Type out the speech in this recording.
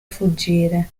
fuggire